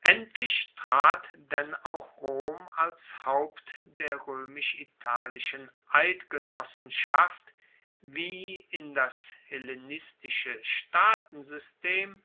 endlich trat denn auch rom als haupt der roemisch italischen eidgenossenschaft wie in das hellenistische staatensystem